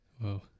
Whoa